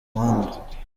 muhanda